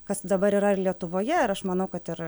kas dabar yra ir lietuvoje ir aš manau kad ir